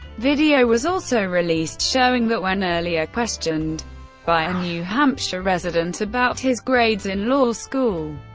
video was also released showing that when earlier questioned by a new hampshire resident about his grades in law school,